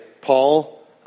Paul